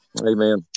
Amen